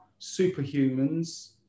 superhumans